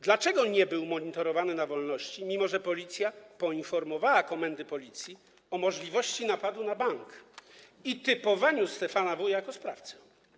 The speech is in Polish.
Dlaczego nie był monitorowany na wolności, mimo że Policja poinformowała komendy Policji o możliwości napadu na bank i typowaniu Stefana W. jako sprawcę?